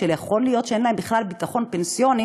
שיכול להיות שאין להם בכלל ביטחון פנסיוני,